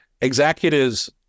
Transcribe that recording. executives